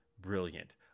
brilliant